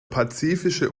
pazifische